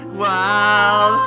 wild